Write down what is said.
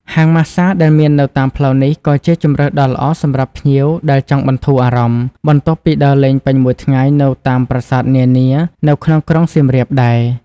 ហាងម៉ាស្សាដែលមាននៅតាមផ្លូវនេះ ក៏ជាជម្រើសដ៏ល្អសម្រាប់ភ្ញៀវដែលចង់បន្ធូរអារម្មណ៍ បន្ទាប់ពីដើរលេងពេញមួយថ្ងៃនៅតាមប្រាសាទនានានៅក្រុងសៀមរាបដែរ។